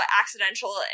accidental